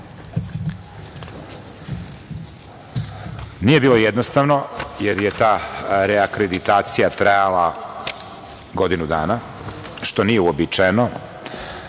bilo jednostavno, jer je ta reakreditacija trajala godinu dana, što nije uobičajeno,